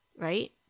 right